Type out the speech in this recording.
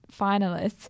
finalists